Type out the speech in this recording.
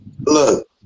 Look